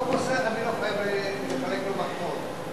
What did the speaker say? אני לא חייב לחלק לו מחמאות,